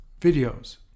videos